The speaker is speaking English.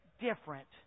different